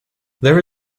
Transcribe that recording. there